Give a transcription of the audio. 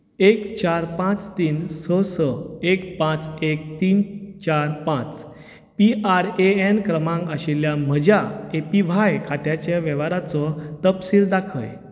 एक चार तीन स स एक पांच एक तीन चार पांच पी आर ए एन क्रमांक आशिल्ल्या म्हज्या ए पी व्हाय खात्याच्या वेव्हाराचो तपशील दाखय